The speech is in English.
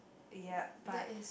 yep but